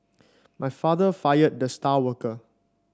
my father fired the star worker